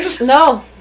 No